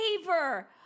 favor